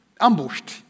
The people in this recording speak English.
ambushed